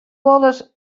wolris